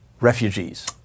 Refugees